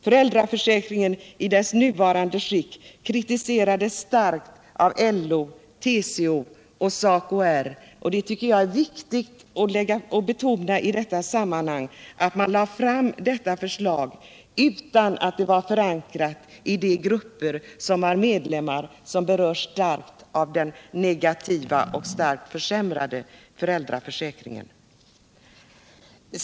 Föräldraförsäkringen i dess nuvarande skick kritiserades starkt av LO, TCO och SACOJ/SR. Jag tycker det är viktigt att i detta sammanhang betona att detta förslag lades fram utan att det var förankrat i de grupper som starkt berörs av den kraftiga försämringen av föräldraförsäkringen.